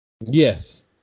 Yes